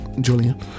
Julian